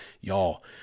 Y'all